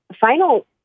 final